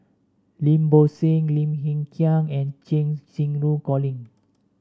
Lim Bo Seng Lim Hng Kiang and Cheng Xinru Colin